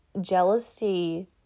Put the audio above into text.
jealousy